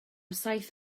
saith